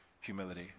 humility